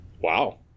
Wow